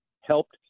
helped